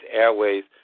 airways